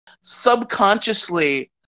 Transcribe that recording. subconsciously